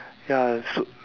ya should